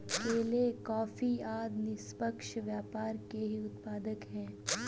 केले, कॉफी आदि निष्पक्ष व्यापार के ही उत्पाद हैं